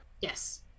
Yes